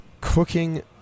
cooking